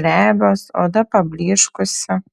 glebios oda pablyškusi